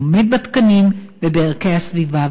עומד בתקנים ובערכי הסביבה.